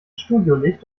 studiolicht